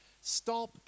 Stop